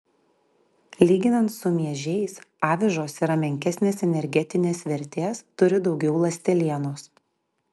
lyginant su miežiais avižos yra menkesnės energetinės vertės turi daugiau ląstelienos